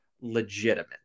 legitimate